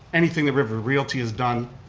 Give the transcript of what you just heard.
anything that river realty has done,